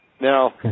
Now